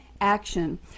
action